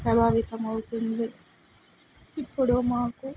ప్రభావితం అవుతుంది ఇప్పుడు మాకు